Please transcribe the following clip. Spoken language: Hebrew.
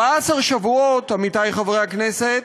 14 שבועות, עמיתי חברי הכנסת,